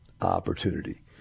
opportunity